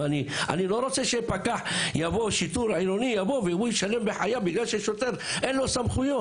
אני לא רוצה שפקר שיטור עירוני יבוא וישלם בחייו בגלל שאין לו סמכויות.